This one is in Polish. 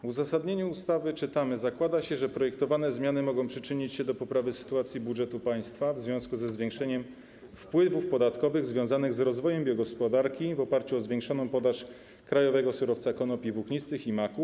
W uzasadnieniu ustawy czytamy: Zakłada się, że projektowane zmiany mogą przyczynić się do poprawy sytuacji budżetu państwa w związku ze zwiększeniem wpływów podatkowych związanych z rozwojem biogospodarki w oparciu o zwiększoną podaż krajowego surowca konopi włóknistych i maku,